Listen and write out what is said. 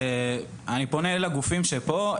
אני פונה לגופים שנמצאים פה,